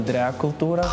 dre kultūra